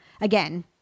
again